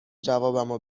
جوابمو